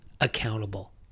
accountable